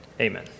Amen